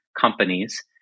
companies